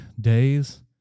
days